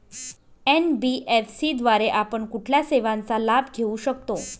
NBFC द्वारे आपण कुठल्या सेवांचा लाभ घेऊ शकतो?